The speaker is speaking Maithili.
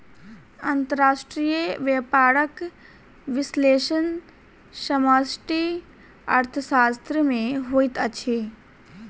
अंतर्राष्ट्रीय व्यापारक विश्लेषण समष्टि अर्थशास्त्र में होइत अछि